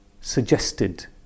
suggested